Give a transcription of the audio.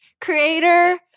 creator